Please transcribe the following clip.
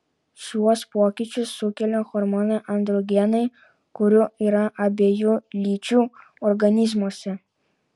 šiuos pokyčius sukelia hormonai androgenai kurių yra abiejų lyčių organizmuose